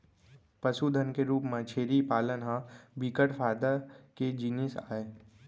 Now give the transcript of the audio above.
पसुधन के रूप म छेरी पालन ह बिकट फायदा के जिनिस आय